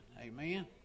amen